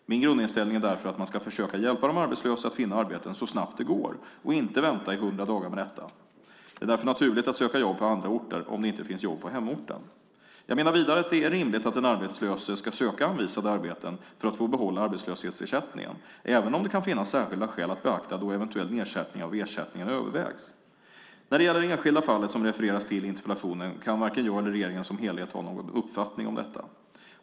Min grundinställning är därför att man ska försöka hjälpa de arbetslösa att finna arbeten så snabbt det går och inte vänta i 100 dagar med detta. Det är därför naturligt att söka jobb på andra orter om det inte finns jobb på hemorten. Jag menar vidare att det är rimligt att den arbetslöse ska söka anvisade arbeten för att få behålla arbetslöshetsersättningen, även om det kan finnas särskilda skäl att beakta då eventuell nedsättning av ersättningen övervägs. När det gäller det enskilda fallet som refereras till i interpellationen kan varken jag eller regeringen som helhet ha någon uppfattning om detta.